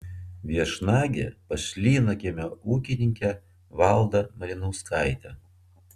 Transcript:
viešnagė pas šlynakiemio ūkininkę valdą malinauskaitę